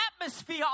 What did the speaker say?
atmosphere